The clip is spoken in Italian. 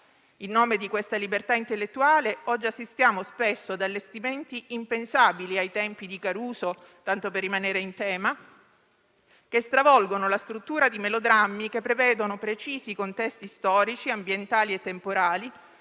In nome di questa libertà intellettuale oggi assistiamo spesso ad allestimenti impensabili ai tempi di Caruso (tanto per rimanere in tema), che stravolgono la struttura di melodrammi che prevedono precisi contesti storici, ambientali e temporali,